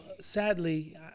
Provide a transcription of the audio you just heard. sadly